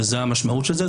וזאת המשמעות של זה,